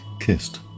kissed